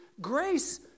Grace